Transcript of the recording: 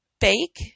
bake